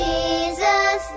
Jesus